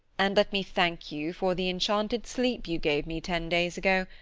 and let me thank you for the enchanted sleep you gave me ten days ago.